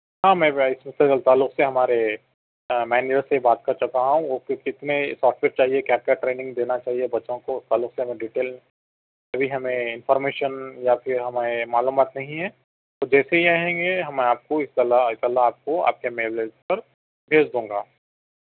ہاں میں تعلق سے ہمارے منیجر سے بات کرسکتا ہوں وہ کہ کتنے سافٹ ویئر چاہئے کیا کیا ٹریننگ دینا چاہئے بچوں کو اس تعلق سے میں ڈیٹیل بھی ہمیں انفارمیشن یا پھر ہمیں معلومات نہیں ہے تو جیسے یہ ہیں یہ ہم آپ کو اطلاع انشا اللہ آپ کو آپ کے میل پر بھیج دوں گا